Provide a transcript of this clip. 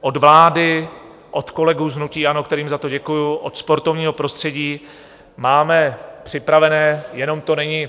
od vlády, od kolegů z hnutí ANO, kterým za to děkuji, od sportovního prostředí máme připravené, jenom to není...